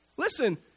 Listen